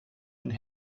und